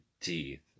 teeth